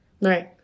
right